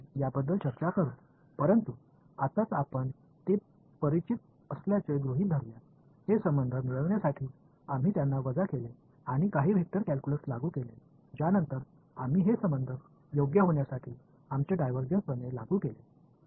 ஆனால் இப்போது அவைகளை நாம் அறிந்தது என்று வைத்துக் கொள்வோம் அவற்றை நாம் கழித்துவிட்டு இந்த உறவைப் பெறுவதற்கு சில வெக்டர் கால்குலஸ் பயன்படுத்தினோம் அதன் பிறகு இந்த உறவை பெறுவதற்கு நம்முடைய டைவர்ஜன்ஸ் தேற்றத்தைப் பயன்படுத்தினோம்